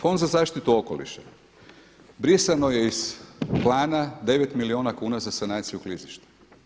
Nadalje, Fond za zaštitu okoliša brisano je iz plana 9 milijuna kuna za sanaciju klizišta.